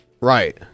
Right